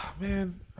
man